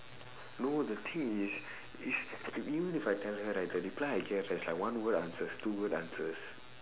no the thing is is even if I tell her right the reply I get right is like one word answers two word answers